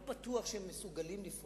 אני לא בטוח שהם מסוגלים לפעול.